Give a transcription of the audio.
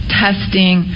testing